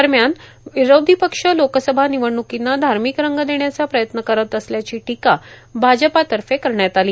दरम्यान विरोधी पक्ष लोकसभा निवडण्कींना धार्मिक रंग देण्याचा प्रयत्न करत असल्याची टिका भाजपातर्फे करण्यात आली